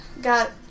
got